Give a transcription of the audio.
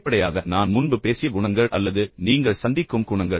வெளிப்படையாக நான் முன்பு பேசிய குணங்கள் அல்லது நீங்கள் சந்திக்கும் குணங்கள்